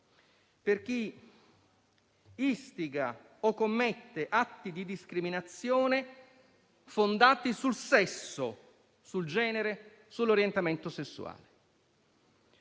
per chi istiga o commette atti di discriminazione fondati sul sesso, sul genere, sull'orientamento sessuale